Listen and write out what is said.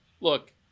look